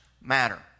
matter